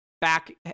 Back